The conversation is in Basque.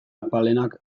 apalenak